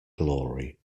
glory